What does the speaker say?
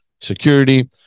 security